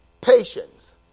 patience